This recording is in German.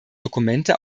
dokumente